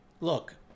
look